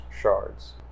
shards